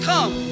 Come